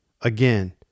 Again